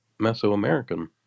Mesoamerican